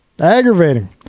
Aggravating